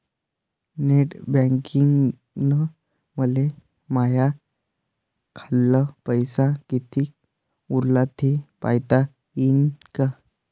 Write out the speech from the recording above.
Net बँकिंगनं मले माह्या खाल्ल पैसा कितीक उरला थे पायता यीन काय?